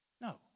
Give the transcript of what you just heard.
No